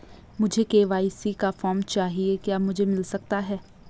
मुझे के.वाई.सी का फॉर्म चाहिए क्या मुझे मिल सकता है?